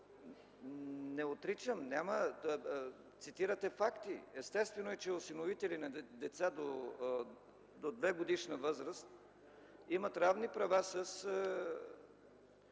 не отричам, няма. Цитирате факти. Естествено е, че осиновители на деца до двегодишна възраст имат равни права с